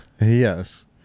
Yes